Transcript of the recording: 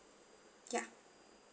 ya